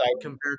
compared